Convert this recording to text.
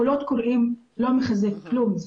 קולות קוראים לא מחזקים כלום.